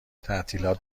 تعطیلات